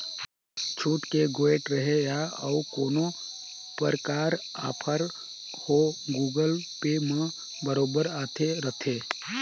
छुट के गोयठ रहें या अउ कोनो परकार आफर हो गुगल पे म बरोबर आते रथे